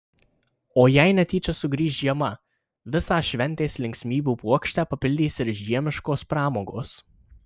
o jei netyčia sugrįš žiema visą šventės linksmybių puokštę papildys ir žiemiškos pramogos